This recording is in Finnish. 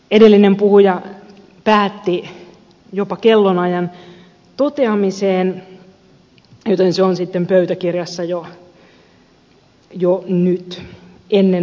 edellinen puhuja päätti jopa kellonajan toteamiseen joten se on sitten pöytäkirjassa jo nyt ennen omaa puheenvuoroani